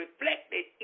reflected